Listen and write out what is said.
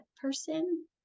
person